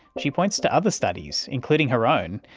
she points to other studies, including her own,